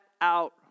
out